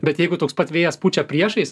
bet jeigu toks pat vėjas pučia priešais